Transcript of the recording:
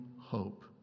hope